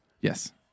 Yes